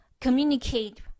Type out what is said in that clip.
communicate